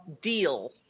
deal